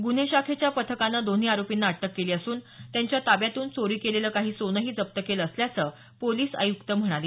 गन्हेशाखेच्या पथकानं दोन्ही आरोपींना अटक केली असून त्यांच्या ताब्यातून चोरी केलेलं काही सोनंही जप्त केलं असल्याचं पोलिस आयुक्त म्हणाले